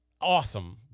awesome